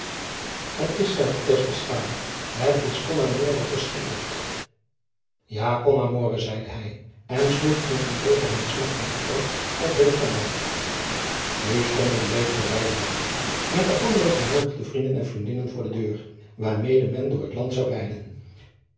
et is zeide het is con amore geschilderd a con amore zeide hij en sloeg een van teederheid smachtend oog op driaan oosjes zn et leven van illegonda uisman u stonden reeds de rijtuigen met de andere genoodigde vrienden en vriendinnen voor de deur waarmede men door het land zou rijden